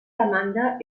demanda